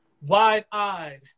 wide-eyed